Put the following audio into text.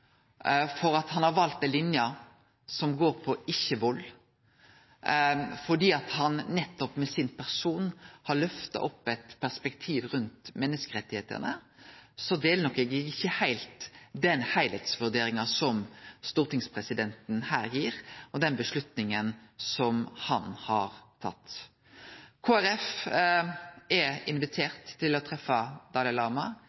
for at han har valt ei linje som går på ikkje-vald, for at han nettopp med sin person har løfta opp eit perspektiv rundt menneskerettane, så eg deler nok ikkje heilt den heilskapsvurderinga som stortingspresidenten her gir, og den avgjerda som han har tatt. Kristeleg Folkeparti er invitert til å treffe Dalai Lama.